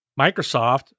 Microsoft